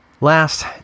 Last